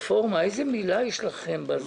רפורמה איזו מילה יש לכם.